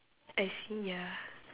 I see ya